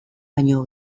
baino